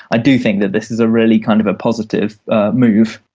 i do think that this is a really kind of positive move.